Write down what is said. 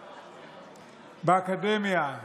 באקדמיה,